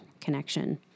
connection